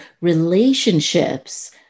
relationships